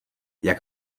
jak